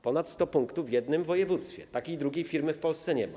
Ponad 100 punktów w jednym województwie, takiej drugiej firmy w Polsce nie ma.